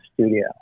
studio